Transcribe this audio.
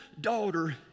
daughter